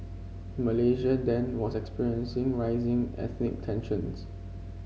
Malaysia then was experiencing rising ethnic tensions